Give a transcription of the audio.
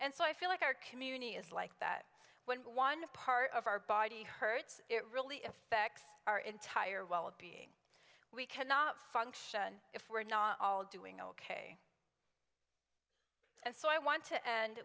and so i feel like our community is like that when one part of our body hurts it really affects our entire well being we cannot function if we're not all doing ok and so i want to end